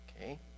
Okay